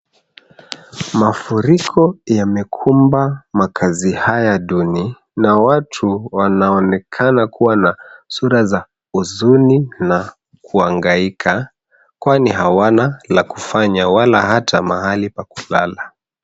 Mafuriko yamekumba makazi haya duni na watu wanaonekana kuwa na sura za huzuni na kuhangaika kwani hawana la kufanya wala hata mahala pa kulala.